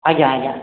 ଆଜ୍ଞା ଆଜ୍ଞା